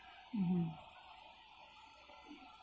mmhmm